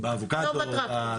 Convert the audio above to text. לא בטרקטור.